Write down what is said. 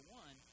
one